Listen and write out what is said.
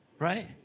right